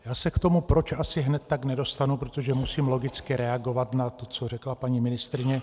Já se k tomu proč asi hned tak nedostanu, protože musím logicky reagovat na to, co řekla paní ministryně.